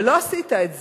אבל לא עשית את זה.